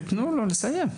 תתנו לו לסיים.